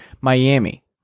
Miami